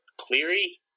Cleary